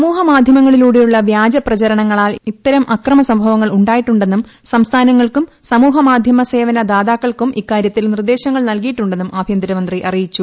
സമൂഹമാധ്യമങ്ങളിലൂടെയുള്ള വ്യാജ പ്രചരണങ്ങളാൽ ഇത്തരം അക്രമസംഭവങ്ങൾ ഉണ്ടായിട്ടുണ്ടെന്നു സംസ്ഥാനങ്ങൾക്കും സമൂഹമാധ്യമ സേവന ദാതാക്കൾക്കും ഇക്കാര്യത്തിൽ നിർദ്ദേശങ്ങൾ നൽകിയിട്ടുണ്ടെന്നും ആഭ്യന്തരമന്ത്രി അറിയിച്ചു